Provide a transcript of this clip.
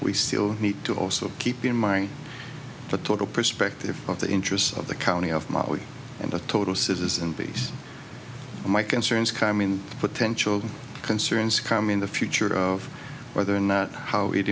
i need to also keep in mind the total perspective of the interests of the county of mali and the total citizen peace my concerns calmly and potential concerns come in the future of whether or not how it